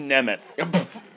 Nemeth